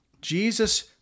Jesus